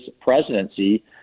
presidency